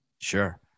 Sure